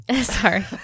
sorry